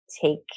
Take